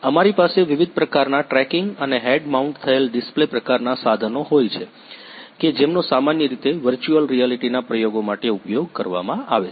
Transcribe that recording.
અમારી પાસે વિવિધ પ્રકારનાં ટ્રેકિંગ અને હેડ માઉન્ટ થયેલ ડિસ્પ્લે પ્રકારના સાધનો હોય છે કે જેમનો સામાન્ય રીતે વર્ચ્યુલ રીઆલીટીના પ્રયોગો માટે ઉપયોગ કરવામાં આવે છે